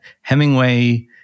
Hemingway